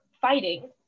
fighting